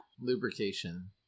Lubrication